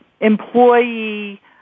employee